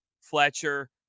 Fletcher